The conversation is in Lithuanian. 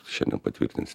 šiandien patvirtins